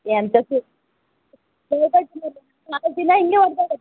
ಎಂತ ಹಾಲು ದಿನಾ ಹೀಗೇ